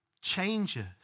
changes